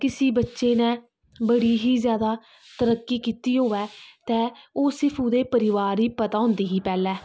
किसे बच्चे ने बड़ी ही जादा तरक्की कीती दी होऐ ते ओह् सिर्फ उसदे परिवार गी पता होंदी ही पैह्लें